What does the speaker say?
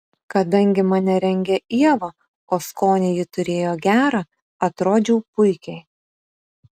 kadangi mane rengė ieva o skonį ji turėjo gerą atrodžiau puikiai